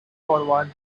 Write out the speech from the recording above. forward